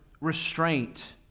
restraint